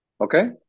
Okay